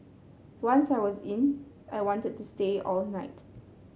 once I was in I wanted to stay all night